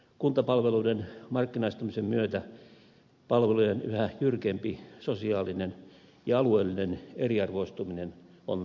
kuntapalveluiden markkinaistumisen myötä palvelujen yhä jyrkempi sosiaalinen ja alueellinen eriarvoistuminen on tosiasia